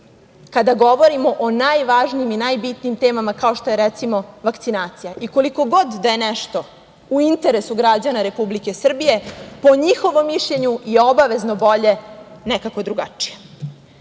kada govorimo o najvažnijim i najbitnijim temama, kao što je, recimo, vakcinacija. Koliko god da je nešto u interesu građana Republike Srbije, po njihovom mišljenju je obavezno bolje nekako drugačije. Takve